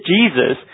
Jesus